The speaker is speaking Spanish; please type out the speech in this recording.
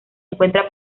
encuentra